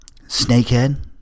Snakehead